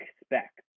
expect